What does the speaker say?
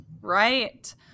Right